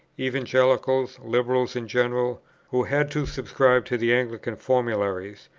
evangelicals, liberals in general who had to subscribe to the anglican formularies,